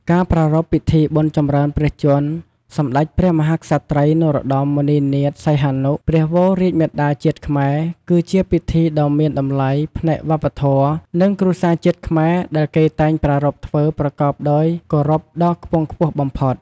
ការប្រារព្ធ ពិធីបុណ្យចម្រើនព្រះជន្ម សម្តេចព្រះមហាក្សត្រី នរោត្តម មុនិនាថ សីហនុ ព្រះវររាជមាតាជាតិខ្មែរគឺជាពិធីដ៏មានតម្លៃផ្នែកវប្បធម៌ និងគ្រួសារជាតិខ្មែរដែលគេតែងប្រារព្ធធ្វើប្រកបដោយគោរពដ៏ខ្ពង់ខ្ពស់បំផុត